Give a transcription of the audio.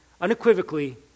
unequivocally